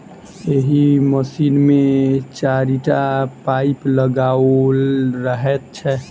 एहि मशीन मे चारिटा पाइप लगाओल रहैत छै